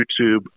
YouTube